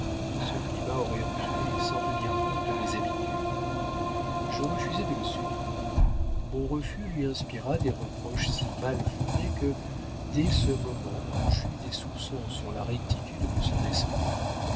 que ce climat aurait ruinée sans tenir compte de mes habitudes je refusai de le suivre mon refus lui inspira des reproches si mal fondés que dès ce moment j'eus des soupçons sur la rectitude de son esprit